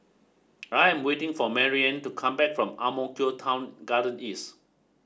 I am waiting for Maryanne to come back from Ang Mo Kio Town Garden East